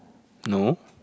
no